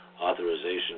authorization